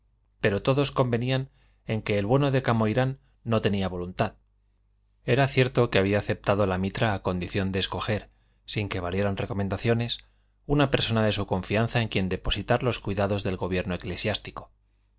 pero todos convenían en que el bueno de camoirán no tenía voluntad era cierto que había aceptado la mitra a condición de escoger sin que valieran recomendaciones una persona de su confianza en quien depositar los cuidados del gobierno eclesiástico